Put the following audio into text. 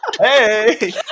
Hey